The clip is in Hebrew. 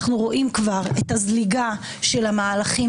אנחנו כבר רואים את הזליגה של המהלכים